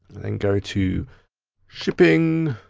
then go to shipping.